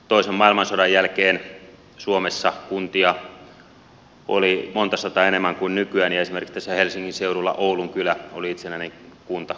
toisen maailmansodan jälkeen suomessa kuntia oli monta sataa enemmän kuin nykyään ja esimerkiksi tässä helsingin seudulla oulunkylä oli itsenäinen kunta